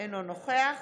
אינו נוכח